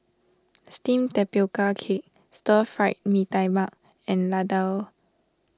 Steamed Tapioca Cake Stir Fried Mee Tai Mak and Laddu